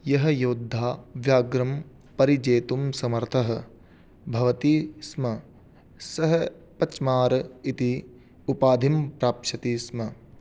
यः योद्धा व्याघ्रं परिजेतुं समर्थः भवति स्म सः पच्मार् इति उपाधिं प्राप्स्यति स्म